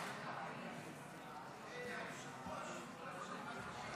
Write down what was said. היושב-ראש, אני יכול להגיד משהו קצר?